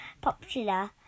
popular